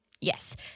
Yes